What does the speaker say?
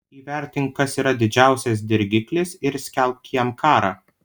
įvertink kas yra didžiausias dirgiklis ir skelbk jam karą